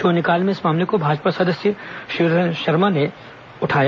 शून्यकाल में इस मामले को भाजपा सदस्य शिवरतन शर्मा ने उठाया